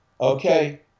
Okay